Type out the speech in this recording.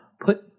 put